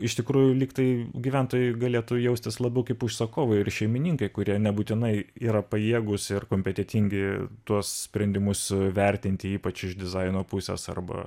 iš tikrųjų lyg tai gyventojai galėtų jaustis labiau kaip užsakovai ir šeimininkai kurie nebūtinai yra pajėgūs ir kompetentingi tuos sprendimus vertinti ypač iš dizaino pusės arba